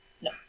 no